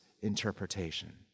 interpretation